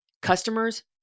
customers